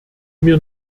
mir